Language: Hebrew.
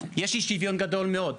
יש אי שוויון גדול מאוד.